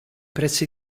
pressi